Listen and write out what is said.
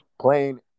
playing